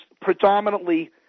predominantly